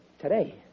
Today